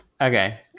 Okay